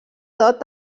dot